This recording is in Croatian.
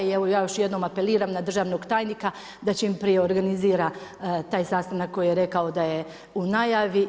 I evo ja još jednom apeliram na državnog tajnika da čim prije organizira taj sastanak koji je rekao da je u najavi.